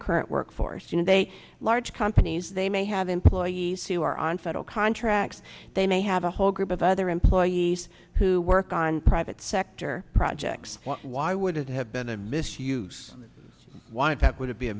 current workforce and they large companies they may have employees who are on federal contracts they may have a whole group of other employees who work on private sector projects why would it have been a misuse want that would be a